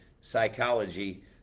psychology